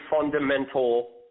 fundamental